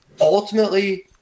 ultimately